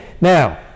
Now